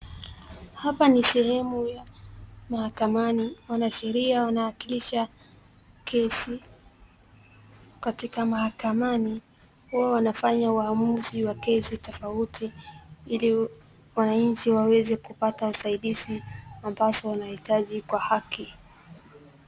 Hapa ni sehemu ya mahakamani, wanasheria wanawakilisha kesi katika mahakamani, huwa wanafanya uamuzi wa kesi tofauti ili wananchi waweze kupata usaidizi ambazo wanahitaji kwa haki.